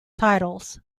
titles